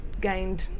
gained